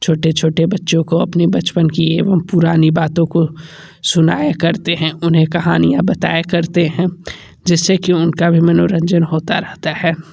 छोटे छोटे बच्चों को अपने बचपन की एवम पुरानी बातों को सुनाया करते हैं उन्हें कहानियाँ बताया करते हैं जिससे कि उनका भी मनोरंजन होता रहता है